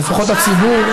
ולפחות הציבור,